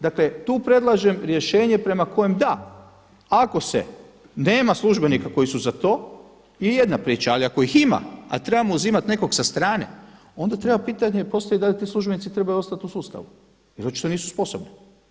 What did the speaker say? Dakle tu predlažem rješenje prema kojem da, ako se nema službenika koji su za to je jedna priča, ali ako ih ima, a trebamo uzimati nekog sa strane, onda treba postaviti pitanje da li ti službenici trebaju ostati u sustavu jer očito nisu sposobni.